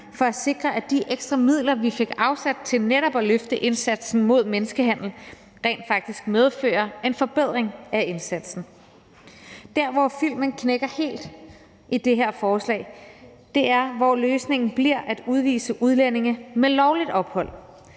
for at sikre, at de ekstra midler, vi fik afsat til netop at styrke indsatsen mod menneskehandel, rent faktisk medfører en forbedring af indsatsen. Der, hvor filmen knækker helt i det her forslag, er der, hvor løsningen bliver at udvise udlændinge med lovligt ophold